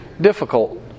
difficult